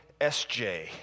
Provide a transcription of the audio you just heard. SJ